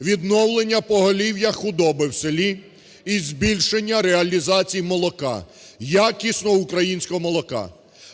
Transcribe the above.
Відновлення поголів'я худоби в селі і збільшення реалізації молока, якісного українського молока.